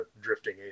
drifting